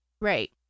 Right